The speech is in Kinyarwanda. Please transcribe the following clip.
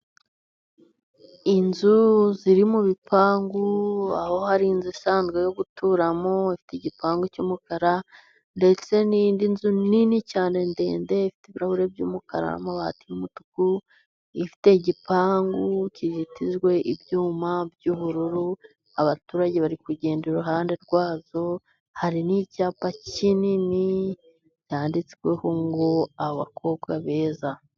Inzu ziri mu bipangu, aho hari inzu isanzwe yo guturamo, ifite igipangu cy'umukara. Ndetse n'indi nzu nini cyane ndende, ifite ibirahuri by'umukara n'amabati y'umutuku. Ifite igipangu kizitijwe ibyuma by'ubururu. Abaturage bari kugenda iruhande rwazo. Hari n'icyapa kinini cyanditsweho ngo abakobwa beza.